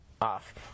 Off